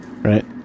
right